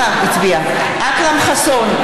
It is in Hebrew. אכרם חסון,